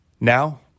Now